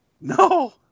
No